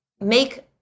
make